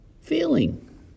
feeling